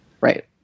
Right